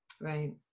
right